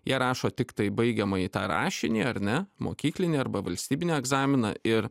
jie rašo tiktai baigiamąjį tą rašinį ar ne mokyklinį arba valstybinį egzaminą ir